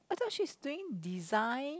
I thought she is doing design